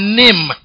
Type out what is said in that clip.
name